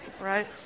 right